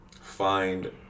find